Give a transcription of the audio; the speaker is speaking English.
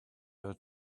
her